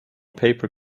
paper